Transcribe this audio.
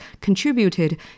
contributed